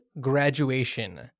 graduation